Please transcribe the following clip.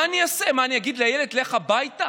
מה אני אעשה, אני אגיד לילד: לך הביתה?